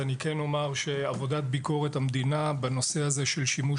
אני כן אומר שעבודת ביקורת המדינה בנושא הזה של שימוש